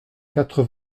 quatre